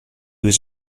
was